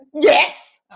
Yes